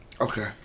Okay